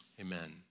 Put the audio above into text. amen